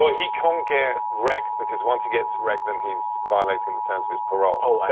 ah he can't get wrecked because once he gets wrecked then he's violating the terms of his parole. oh,